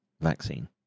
vaccine